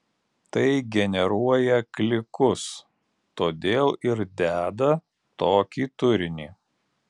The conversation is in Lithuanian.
tai generuoja klikus todėl ir deda tokį turinį